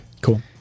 Cool